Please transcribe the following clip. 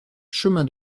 chemin